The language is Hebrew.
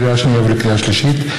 לקריאה שנייה ולקריאה שלישית,